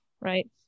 right